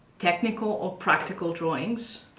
technical or practical drawings,